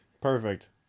Perfect